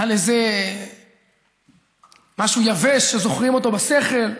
על איזה משהו יבש שזוכרים אותו בשכל.